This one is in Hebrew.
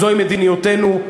זוהי מדיניותנו,